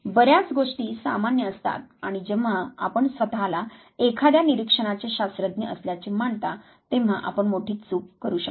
बर्याच गोष्टी सामान्य असतात आणि जेव्हा आपण स्वतःला एखाद्या निरीक्षणाचे शास्त्रज्ञ असल्याचे मानता तेव्हा आपण मोठी चूक करू शकता